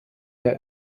der